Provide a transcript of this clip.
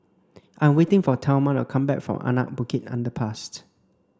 I'm waiting for Thelma to come back from Anak Bukit Underpass